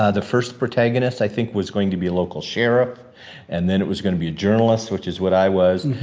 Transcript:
ah the first protagonist i think was going to be a local sheriff and then it was gonna be a journalist, which is what i was.